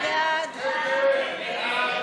ההסתייגות לחלופין (א)